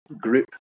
group